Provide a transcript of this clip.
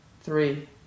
three